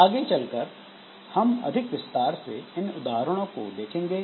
आगे चलकर हम अधिक विस्तार से इन उदाहरणों को देखेंगे